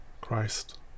Christ